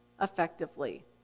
effectively